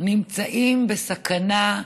נמצאים בסכנה,